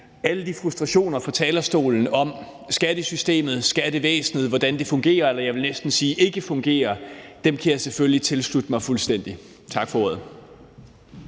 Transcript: Alle de frustrationer, der lød fra talerstolen, om skattesystemet, skattevæsenet – hvordan det fungerer eller, vil jeg næsten sige, ikke fungerer – kan jeg selvfølgelig tilslutte mig fuldstændigt. Tak for ordet.